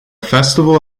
festival